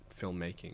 filmmaking